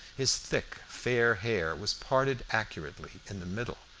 his thick fair hair was parted accurately in the middle,